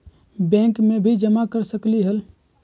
Bank में भी जमा कर सकलीहल?